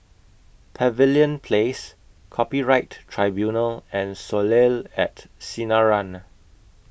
Pavilion Place Copyright Tribunal and Soleil At Sinaran